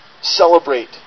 Celebrate